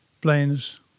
planes